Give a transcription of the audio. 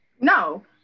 No